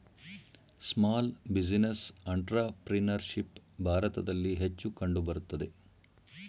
small business entrepreneurship ಭಾರತದಲ್ಲಿ ಹೆಚ್ಚು ಕಂಡುಬರುತ್ತದೆ